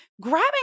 Grabbing